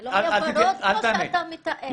זה לא היה ורוד כמו שאתה מתאר.